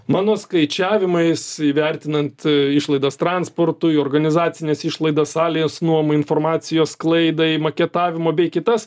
mano skaičiavimais įvertinant išlaidas transportui organizacines išlaidas salės nuomai informacijos sklaidai maketavimo bei kitas